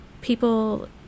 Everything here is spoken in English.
people